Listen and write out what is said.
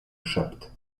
szept